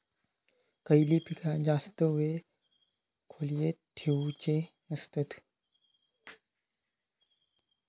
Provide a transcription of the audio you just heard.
खयली पीका जास्त वेळ खोल्येत ठेवूचे नसतत?